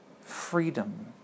freedom